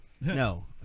No